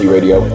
Radio